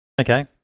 Okay